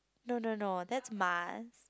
no no no that's Mars